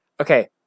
Okay